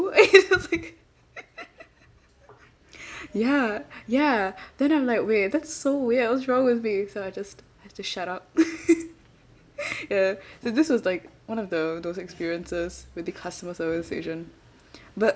ya ya then I'm like wait that's so weird what's wrong with me so I just I have to shut up ya so this was like one of the those experiences with a customer service agent but